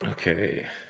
Okay